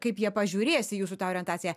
kaip jie pažiūrės į jūsų tą orientaciją